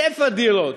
שפע דירות,